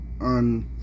on